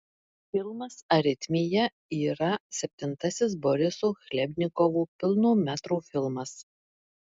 filmas aritmija yra septintasis boriso chlebnikovo pilno metro filmas